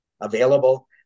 Available